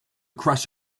crush